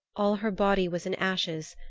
all her body was in ashes,